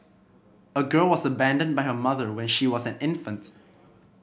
a girl was abandoned by her mother when she was an infant